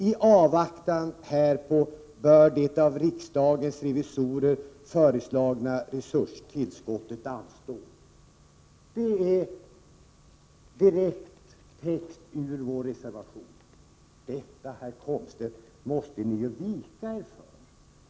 I avvaktan härpå bör det av riksdagens revisorer föreslagna resurstillskottet anstå.” Den texten är tagen direkt ur vår reservation. Det, herr Komstedt, måste ni vika er för.